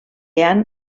han